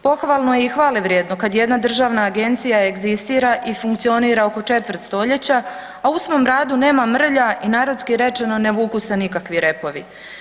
Pohvalno je i hvale vrijedno kad jedna državna agencija egzistira i funkcionira oko četvrt stoljeća, a u svom radu nema mrlja i narodski rečeno ne vuku se nikakvi repovi.